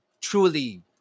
truly